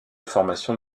formation